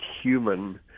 human